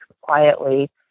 quietly